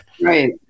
Right